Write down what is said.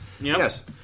Yes